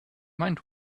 mind